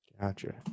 Gotcha